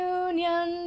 union